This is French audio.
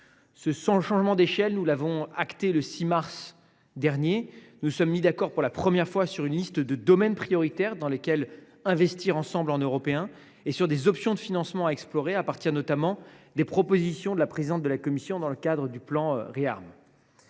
Ce changement d’échelle, nous l’avons acté le 6 mars dernier. Nous nous sommes mis d’accord, pour la première fois, sur une liste de domaines prioritaires dans lesquels nous devons investir ensemble, en tant qu’Européens, et sur des options de financement à explorer, à partir notamment des propositions de la présidente de la Commission, dans le cadre du plan ReArm